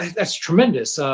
that's tremendous.